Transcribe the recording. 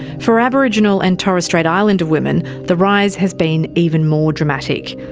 for aboriginal and torres strait islander women, the rise has been even more dramatic.